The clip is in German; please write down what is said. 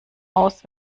aus